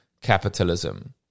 capitalism